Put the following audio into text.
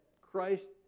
Christ